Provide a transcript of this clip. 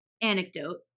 anecdote